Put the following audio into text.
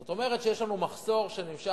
זאת אומרת, יש לנו מחסור שנמשך